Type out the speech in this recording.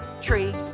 tree